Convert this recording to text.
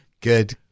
good